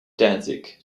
danzig